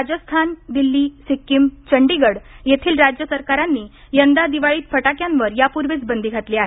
राजस्थान दिल्ली सिक्कीम चंडीगड येथील राज्य सरकारांनी यंदा दिवाळीत फटाक्यांवर यापूर्वीच बंदी घातली आहे